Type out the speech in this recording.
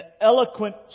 eloquent